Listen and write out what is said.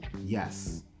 Yes